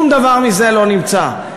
שום דבר מזה לא נמצא.